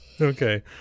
Okay